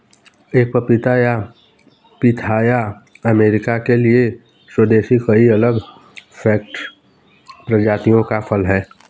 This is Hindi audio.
एक पपीता या पिथाया अमेरिका के लिए स्वदेशी कई अलग कैक्टस प्रजातियों का फल है